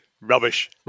Rubbish